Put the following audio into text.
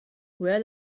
where